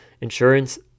insurance